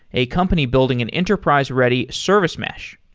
a company building an enterprise-ready service mesh.